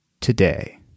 today